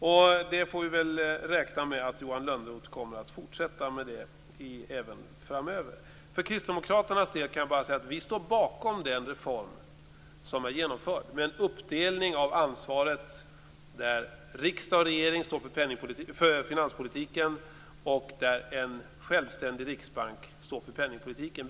Och vi får väl räkna med att Johan Lönnroth kommer att fortsätta med det även framöver. För Kristdemokraternas del kan jag bara säga att vi står bakom den reform som är genomförd med en uppdelning av ansvaret där riksdag och regering står för finanspolitiken och där en självständig riksbank står för penningpolitiken.